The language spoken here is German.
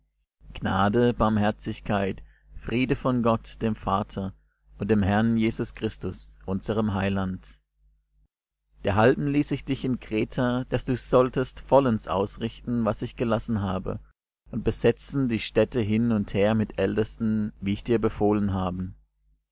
gnade barmherzigkeit friede von gott dem vater und dem herrn jesus christus unserm heiland derhalben ließ ich dich in kreta daß du solltest vollends ausrichten was ich gelassen habe und besetzen die städte hin und her mit ältesten wie ich dir befohlen haben